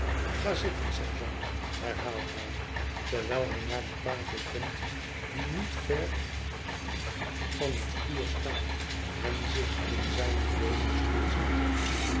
ga zitten sergeant herhaalt hij terwijl hij naar de tafel komt die niet ver van het vuur staat en zich in zijn leuningstoel zet